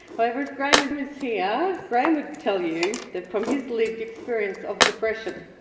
however, if graham was was here, graham would tell you that, from his lived experience of depression,